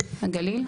הגליל?